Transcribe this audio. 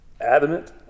adamant